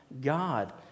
God